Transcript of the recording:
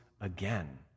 again